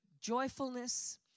joyfulness